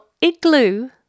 igloo